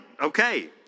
okay